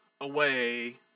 away